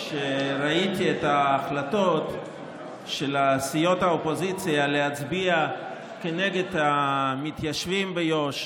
כשראיתי את ההחלטות של סיעות האופוזיציה להצביע כנגד המתיישבים ביו"ש,